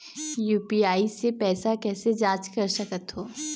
UPI से पैसा कैसे जाँच कर सकत हो?